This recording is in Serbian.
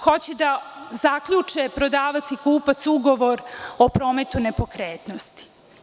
Hoće da zaključe prodavac i kupac ugovor o prometu nepokretnosti.